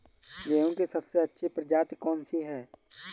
गेहूँ की सबसे अच्छी प्रजाति कौन सी है?